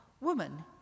woman